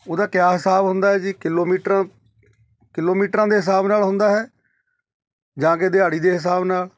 ਉਹਦਾ ਕਿਆ ਹਿਸਾਬ ਹੁੰਦਾ ਜੀ ਕਿਲੋਮੀਟਰਾਂ ਕਿਲੋਮੀਟਰਾਂ ਦੇ ਹਿਸਾਬ ਨਾਲ ਹੁੰਦਾ ਹੈ ਜਾ ਕੇ ਦਿਹਾੜੀ ਦੇ ਹਿਸਾਬ ਨਾਲ